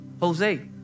Jose